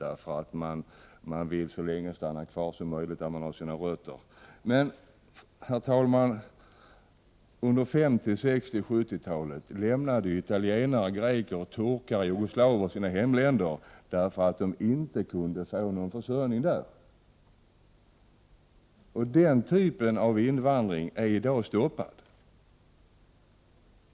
Man vill stanna kvar så länge som möjligt där man har sina rötter. Men, herr talman, under 50-, 60 och 70-talen lämnade italienare, greker, turkar och jugoslaver sina hemländer därför att de inte kunde få någon försörjning där. Den typen av invandring är i dag stoppad.